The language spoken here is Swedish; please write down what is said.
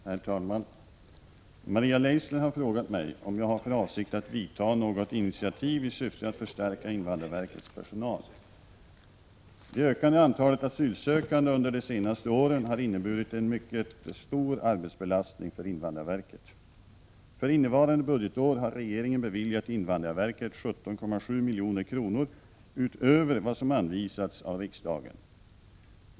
Herr talman! Maria Leissner har frågat mig om jag har för avsikt att ta något initiativ i syfte att förstärka invandrarverkets personal. Det ökade antalet asylsökande under de senaste åren har inneburit en mycket stor arbetsbelastning för invandrarverket. För innevarande budgetår har regeringen beviljat invandrarverket 17,7 milj.kr. utöver vad som anvisats av riksdagen.